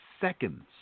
seconds